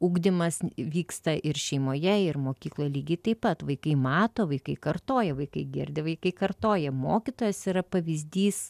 ugdymas vyksta ir šeimoje ir mokykloje lygiai taip pat vaikai mato vaikai kartoja vaikai girdi vaikai kartoja mokytojas yra pavyzdys